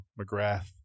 McGrath